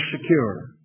secure